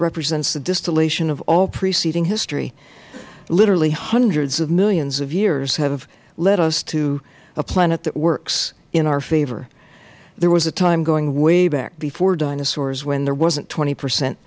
represents the distillation of all preceding history literally hundreds of millions of years have led us to a planet that works in our favor there was a time going way back before dinosaurs when there was not twenty percent